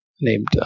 named